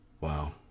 Wow